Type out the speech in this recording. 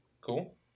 Cool